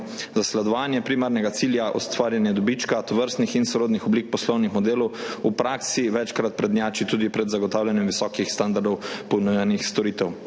Zasledovanje primarnega cilja – ustvarjanje dobička tovrstnih in sorodnih oblik poslovnih modelov v praksi večkrat prednjači tudi pred zagotavljanjem visokih standardov ponujenih storitev.